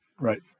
Right